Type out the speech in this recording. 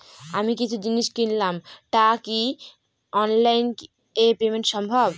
আমি কিছু জিনিস কিনলাম টা কি অনলাইন এ পেমেন্ট সম্বভ?